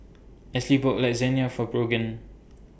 Esley bought Lasagne For Brogan